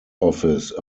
office